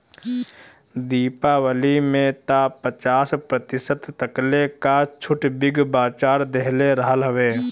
दीपावली में तअ पचास प्रतिशत तकले कअ छुट बिग बाजार देहले रहल हवे